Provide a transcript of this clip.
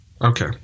Okay